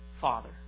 Father